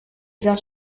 bien